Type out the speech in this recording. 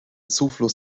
zufluss